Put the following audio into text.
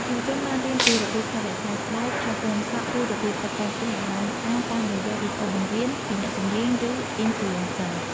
យុវជនបានរៀនពីរបៀបថែរក្សាស្បែក ថែទាំសក់ ឬរបៀបតុបតែងខ្លួនឲ្យបានស្អាតតាមរយៈវីដេអូបង្រៀន ពីអ្នកជំនាញ ឬ អុីនផ្លូអេនសឺ ។